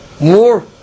more